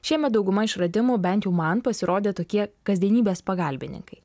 šiemet dauguma išradimų bent jau man pasirodė tokie kasdienybės pagalbininkai